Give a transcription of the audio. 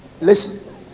Listen